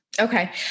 Okay